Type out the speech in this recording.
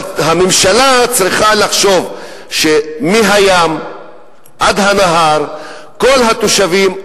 אבל הממשלה צריכה לחשוב שמהים ועד הנהר כל התושבים,